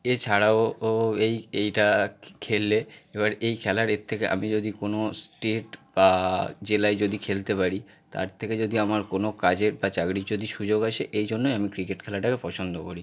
এছাড়াও ও এই এইটা খেললে এবার এই খেলার এর থেকে আমি যদি কোনো স্টেট বা জেলায় যদি খেলতে পারি তার থেকে যদি আমার কোনো কাজের বা চাকরির যদি সুযোগ আসে এই জন্যই আমি ক্রিকেট খেলাটাকে পছন্দ করি